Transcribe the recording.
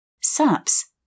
SAPS